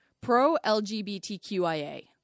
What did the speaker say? pro-LGBTQIA